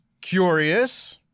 curious